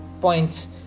points